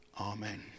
Amen